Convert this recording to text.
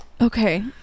Okay